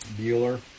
Bueller